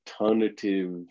alternative